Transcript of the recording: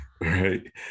Right